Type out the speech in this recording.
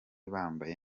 bambaye